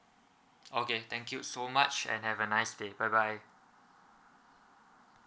okay thank you so much and have a nice day bye bye